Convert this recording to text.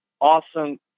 awesome